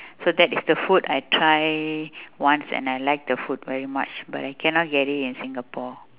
so that is the food I try once and I like very much but I cannot get it in Singapore